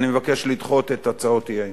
אני מבקש לדחות את הצעות האי-אמון.